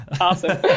Awesome